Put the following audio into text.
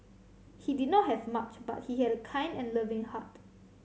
he did not have much but he had a kind and loving heart